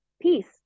peace